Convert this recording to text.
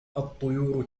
الطيور